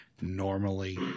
normally